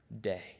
day